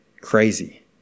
crazy